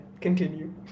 continue